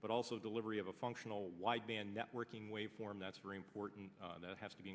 but also delivery of a functional wideband networking waveform that's very important that has to be